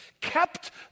kept